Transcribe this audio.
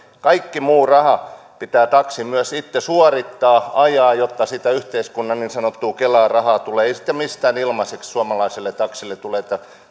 kaikki muu raha pitää taksin itse suorittaa ajaa jotta sitä yhteiskunnan niin sanottua kela rahaa tulee ei sitä mistään ilmaiseksi suomalaiselle taksille tule